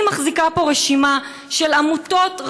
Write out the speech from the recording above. אני מחזיקה פה רשימה של עמותות רבות,